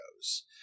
goes